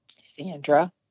Sandra